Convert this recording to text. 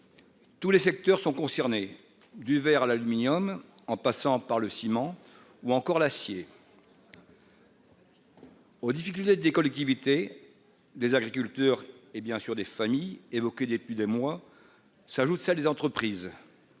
Tous les secteurs sont concernés, du verre à l'aluminium en passant par le ciment ou encore l'acier. Aux difficultés des collectivités, des agriculteurs et bien sûr des familles évoquée depuis des mois, s'ajoute celle des entreprises,